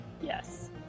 Yes